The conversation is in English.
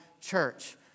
Church